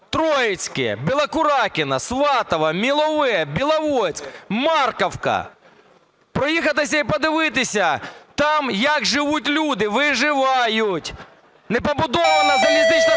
Троїцьке, Білокуракине, Сватове, Мілове, Біловодськ, Марківка – проїхатися і подивитися там, як живуть люди – виживають. Не побудована залізнична